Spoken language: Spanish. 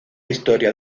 historia